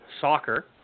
Soccer